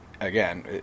again